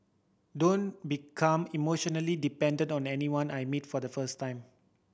don't become emotionally dependent on anyone I meet for the first time